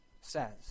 says